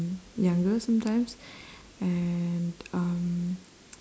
younger sometimes and um